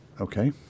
Okay